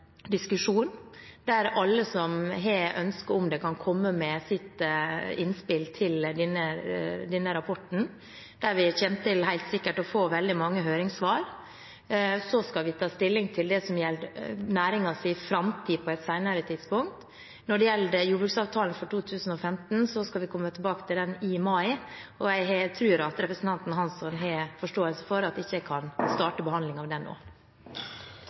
der alle som har ønske om det, kan komme med sitt innspill til denne rapporten. Vi kommer helt sikkert til å få veldig mange høringssvar. Så skal vi ta stilling til det som gjelder næringens framtid på et senere tidspunkt. Når det gjelder jordbruksavtalen for 2015, skal vi komme tilbake til den i mai. Jeg tror at representanten Hansson har forståelse for at jeg ikke kan starte behandlingen av den nå.